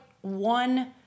one